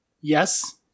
Yes